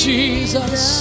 Jesus